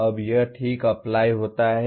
अब यह ठीक अप्लाई होता है